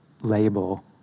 label